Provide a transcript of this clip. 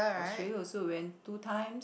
Australia also went two times